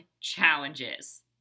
challenges